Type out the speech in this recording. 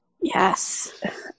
Yes